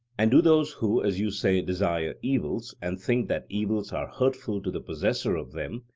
and do those who, as you say, desire evils, and think that evils are hurtful to the possessor of them,